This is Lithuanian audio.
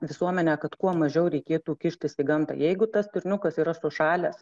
visuomenę kad kuo mažiau reikėtų kištis į gamtą jeigu tas stirniukas yra sušalęs